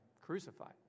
crucified